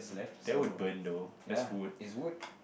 that would burn though that's wood